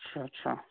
अच्छा